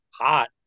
hot